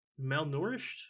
malnourished